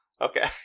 Okay